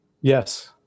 Yes